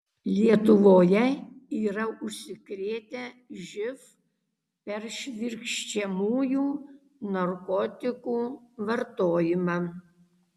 lietuvoje yra užsikrėtę živ per švirkščiamųjų narkotikų vartojimą